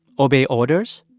obey orders?